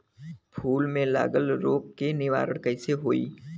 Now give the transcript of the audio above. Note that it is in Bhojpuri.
फूल में लागल रोग के निवारण कैसे होयी?